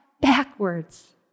backwards